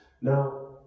Now